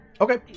Okay